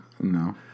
No